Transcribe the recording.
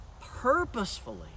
purposefully